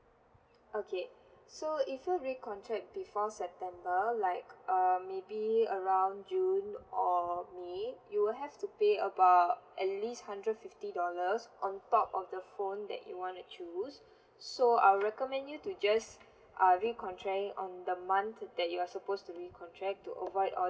okay so if you re-contract before september like uh maybe around june or may you will have to pay about at least hundred fifty dollars on top of the phone that you want to choose so I'll recommend you to just uh re-contract it on the month that you're supposed to re-contract to avoid all